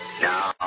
Now